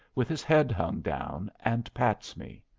with his head hung down, and pats me.